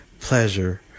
pleasure